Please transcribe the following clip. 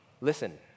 Listen